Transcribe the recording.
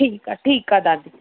ठीकु आहे ठीकु आहे दादी